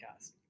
podcast